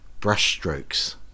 Brushstrokes